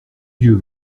dieu